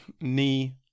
knee